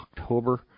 October